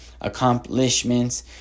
accomplishments